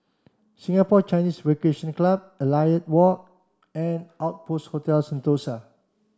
Singapore Chinese Recreation Club Elliot Walk and Outpost Hotel Sentosa